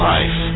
Life